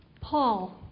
Paul